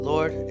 Lord